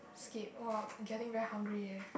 skip [wah] I'm getting very hungry leh